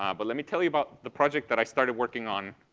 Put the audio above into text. um but let me tell you about the project that i started working on